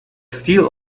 steel